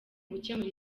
gukemura